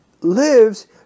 lives